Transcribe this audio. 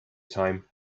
time